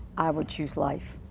i would choose life.